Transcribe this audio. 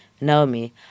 naomi